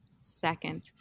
second